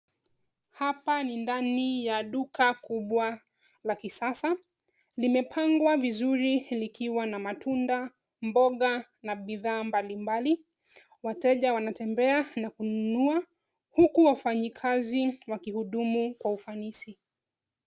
Hapa ni ndani ya duka kubwa la kisasa. Limepangwa vizuri likiwa na matunda, mboga na bidhaa mbalimbali. Wateja wanatembea na kununua, huku wafanyikazi wakihudumu kwa ufanisi.